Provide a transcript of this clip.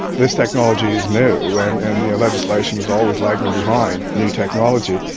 this technology is new, and and the legislation is always lagging behind new technology,